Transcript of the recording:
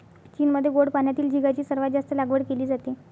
चीनमध्ये गोड पाण्यातील झिगाची सर्वात जास्त लागवड केली जाते